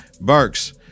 Burks